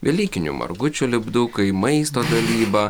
velykinių margučių lipdukai maisto gamyba